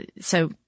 so-